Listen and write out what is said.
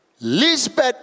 Lisbeth